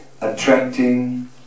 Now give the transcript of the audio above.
attracting